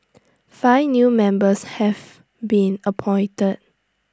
five new members have been appointed